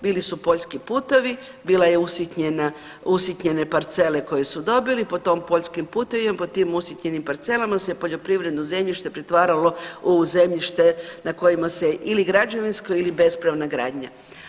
Bili su poljski putovi, bila je usitnjene parcele koje su dobili, po tom poljskim putovima po tim usitnjenim parcelama se poljoprivredno zemljište pretvaralo u zemljište na kojima se ili građevinsko ili bespravna gradnja.